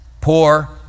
poor